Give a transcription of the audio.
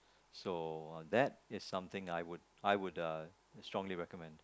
so that is something I would I would strongly recommend